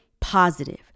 positive